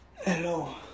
Hello